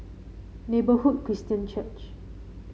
Neighbourhood Christian Church